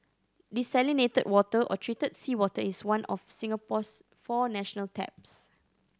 desalinated water or treated seawater is one of Singapore's four national taps